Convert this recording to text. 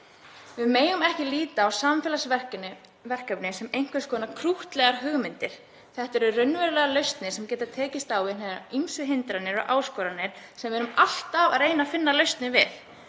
Við megum ekki líta á samfélagsverkefni sem einhvers konar krúttlegar hugmyndir. Þetta eru raunverulegar lausnir sem geta tekist á við hinar ýmsu hindranir og áskoranir sem við erum alltaf að reyna að finna lausnir við.